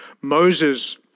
Moses